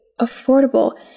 affordable